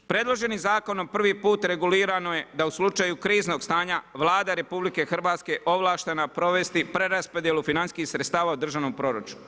Predloženim zakonom prvi put regulirano je da u slučaju kriznog stanja Vlada RH, ovlaštena provesti preraspodjelu financijskih sredstava u državnom proračunu.